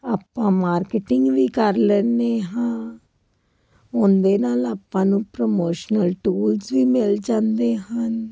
ਆਪਾਂ ਮਾਰਕੀਟਿੰਗ ਵੀ ਕਰ ਲੈਂਦੇ ਹਾਂ ਉਹਦੇ ਨਾਲ ਆਪਾਂ ਨੂੰ ਪ੍ਰਮੋਸ਼ਨਲ ਟੂਲਸ ਵੀ ਮਿਲ ਜਾਂਦੇ ਹਨ